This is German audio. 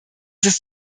ist